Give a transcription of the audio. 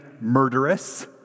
murderous